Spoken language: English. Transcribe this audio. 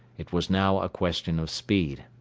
it was now a question of speed.